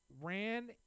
ran